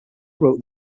wrote